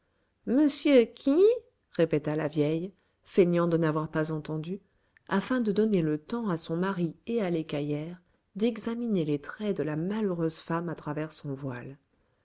monsieur qui répéta la vieille feignant de n'avoir pas entendu afin de donner le temps à son mari et à l'écaillère d'examiner les traits de la malheureuse femme à travers son voile